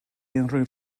unrhyw